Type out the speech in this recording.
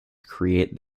create